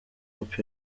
hop